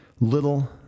little